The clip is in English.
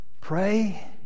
pray